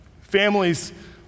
Families